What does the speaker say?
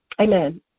Amen